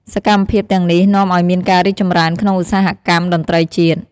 សកម្មភាពទាំងនេះនាំឱ្យមានការរីកចម្រើនក្នុងឧស្សាហកម្មតន្ត្រីជាតិ។